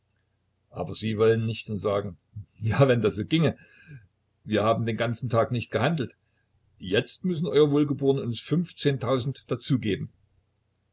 aber sie wollen nicht und sagen ja wenn das so ginge wir haben den ganzen tag nicht gehandelt jetzt müssen euer wohlgeboren uns fünfzehntausend